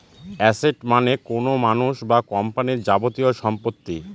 asset মানে কোনো মানুষ বা কোম্পানির যাবতীয় সম্পত্তি